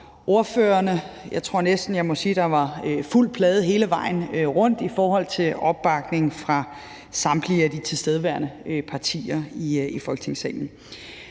der var fuld plade hele vejen rundt i forhold til opbakning fra samtlige af de tilstedeværende